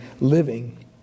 living